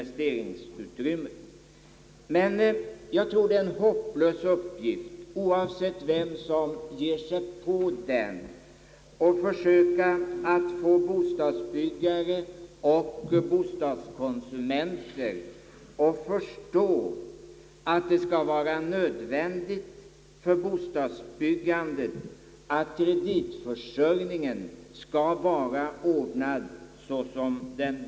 Men det är nog en hopplös uppgift, oavsett vem som ger sig på den, att söka få bostadsbyggare och bostadskonsumenter att förstå, att det skall vara nödvändigt att ha bostadsbyggandets kreditförsörjning ordnad så som nu.